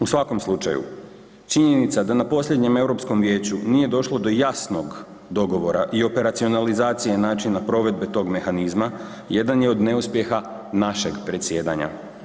U svakom slučaju činjenica da na posljednjem Europskom vijeću nije došlo do jasnog dogovora i operacionalizacije načina provedbe tog mehanizma jedan je od neuspjeha našeg predsjedanja.